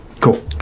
Cool